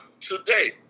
today